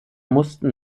mussten